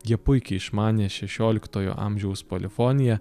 jie puikiai išmanė šešioliktojo amžiaus polifoniją